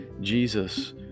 Jesus